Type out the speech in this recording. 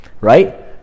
right